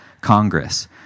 Congress